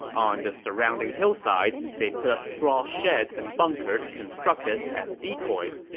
on the surrounding hillside, they put up straw sheds and bunkers constructed as decoys,